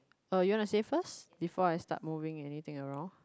uh you want to save first before I statt moving anything around